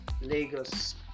Lagos